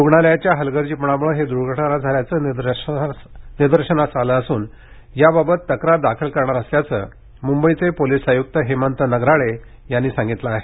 रुग्णालयाच्या हलगर्जीपणामुळे ही द्र्घटना झाल्याचं निदर्शनास आलं असून याबाबत तक्रार दाखल करणार असल्याचं मुंबईचे पोलिस आयुक्त हेमंत नगराळे यांनी सांगितलं आहे